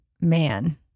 man